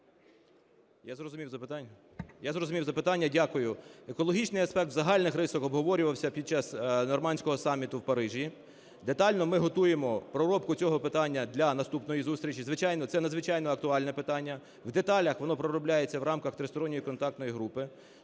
Я зрозумів запитання. Дякую. Екологічний аспект в загальних рисах обговорювався під час "нормандського саміту" в Парижі. Детально ми готуємо проробку цього питання для наступної зустрічі. Звичайно, це надзвичайно актуальне питання. В деталях воно проробляється в рамках Тристоронньої контактної групи.